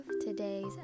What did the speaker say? today's